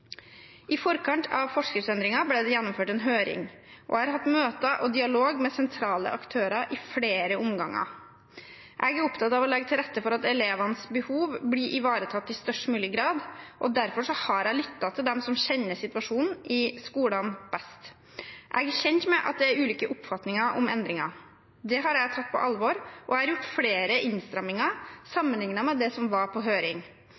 i skolen. I forkant av forskriftsendringen ble det gjennomført en høring, og jeg har hatt møter og dialog med sentrale aktører i flere omganger. Jeg er opptatt av å legge til rette for at elevenes behov blir ivaretatt i størst mulig grad, derfor har jeg lyttet til dem som kjenner situasjonen i skolene best. Jeg er kjent med at det er ulike oppfatninger om endringen. Det har jeg tatt på alvor, og jeg har gjort flere innstramninger sammenlignet med det som var på høring.